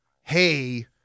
hey